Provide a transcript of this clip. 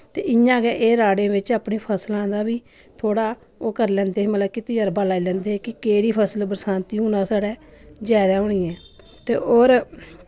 ते इयां गै एह् राड़ें बिच अपनी फसलां दा बी थोह्ड़ा ओह् करी लैंदे हे मतलब कि तजर्बा लाई लैंदे हे कि केह्ड़ी फसल बरसांती होना साढ़ै जैदा होनी ऐ ते और